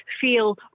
feel